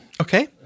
Okay